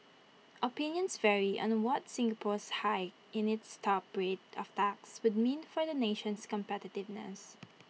opinions vary on what Singapore's hike in its top rate of tax would mean for the nation's competitiveness